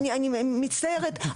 אני מצטערת,